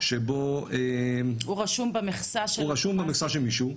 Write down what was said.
שבו הוא רשום במכסה של מישהו,